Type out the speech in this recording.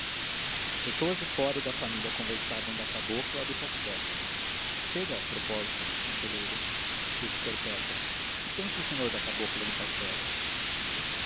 pessoas de fora e da família conversavam da cabocla do castelo chega a propósito conselheiro disse perpétua que pensa o senhor da cabocla do castelo